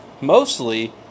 mostly